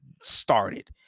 started